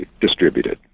distributed